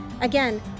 Again